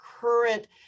current